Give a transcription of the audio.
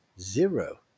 zero